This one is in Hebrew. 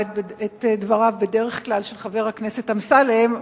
בדרך כלל את דבריו של חבר הכנסת אמסלם.